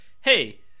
hey